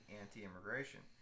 anti-immigration